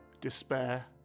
despair